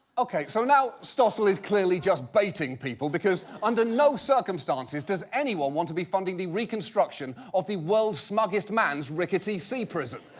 okay, so now stossel is clearly just baiting people, because under no circumstances does anyone want to be funding the reconstruction of the world's smuggest man's rickety sea prison.